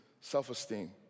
self-esteem